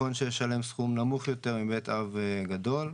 נכון שישלם סכום נמוך יותר מבית אב גדול.